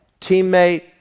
teammate